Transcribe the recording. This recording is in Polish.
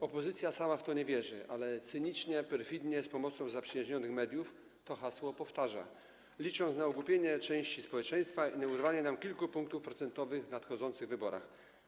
Opozycja sama w to nie wierzy, ale cynicznie, perfidnie, z pomocą zaprzyjaźnionych mediów to hasło powtarza, licząc na ogłupienie części społeczeństwa i na urwanie nam kilku punktów procentowych w nadchodzących wyborach.